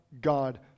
God